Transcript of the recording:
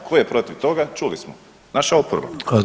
Tko je protiv toga čuli smo, naša oporba.